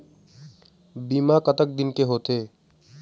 बीमा कतक दिन के होते?